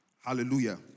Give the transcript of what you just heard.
Hallelujah